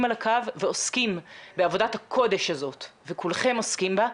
על הקו ועוסקים בעבודת הקודש הזאת וכולכם עוסקים בה,